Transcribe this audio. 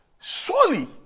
surely